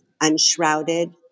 unshrouded